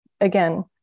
again